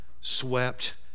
swept